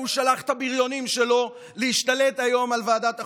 והוא שלח את הבריונים שלו להשתלט על ועדת החוקה.